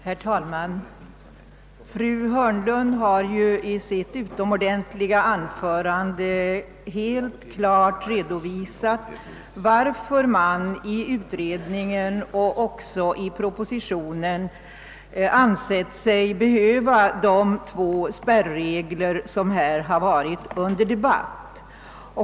Herr talman! Fru Hörnlund har i sitt utomordentliga anförande klart redovisat, varför man i utredningen och även i propositionen ansett sig behöva de två spärrregler som varit under debatt.